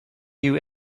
you